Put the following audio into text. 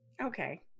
Okay